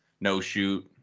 No-shoot